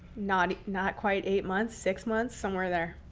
not not quite eight months. six months, somewhere there.